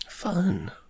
Fun